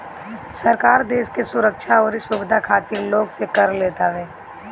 सरकार देस के सुरक्षा अउरी सुविधा खातिर लोग से कर लेत हवे